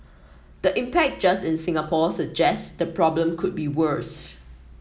the impact just in Singapore suggest the problem could be worse